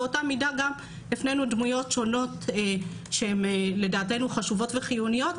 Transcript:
באותה מידה גם הפנינו דמויות שונות שהן לדעתנו חשובות וחיוניות,